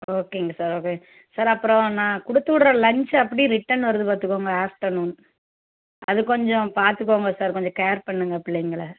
ஓகேங்க sir okay sir அப்பறம் நான் கொடுத்து விட்ற லஞ்ச் அப்படியே ரிட்டர்ன் வருது பார்த்துக்கோங்க ஆஃப்டர்நூன் அது கொஞ்சம் பார்த்துக்கோங்க சார் கொஞ்சம் கேர் பண்ணுங்கள் பிள்ளைங்களை